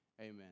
amen